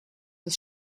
des